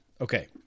Okay